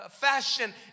fashion